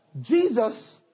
Jesus